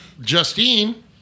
Justine